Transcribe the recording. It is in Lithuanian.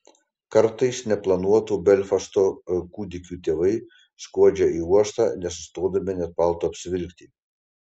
kartais neplanuotų belfasto kūdikių tėvai skuodžia į uostą nesustodami net palto apsivilkti